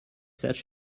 such